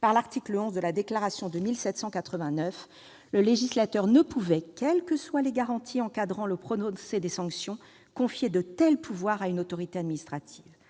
par l'article XI de la Déclaration de 1789, le législateur ne pouvait, quelles que soient les garanties encadrant le prononcé des sanctions, confier de tels pouvoirs à une autorité administrative